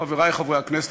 חברי חברי הכנסת,